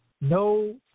No